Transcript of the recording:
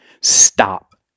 Stop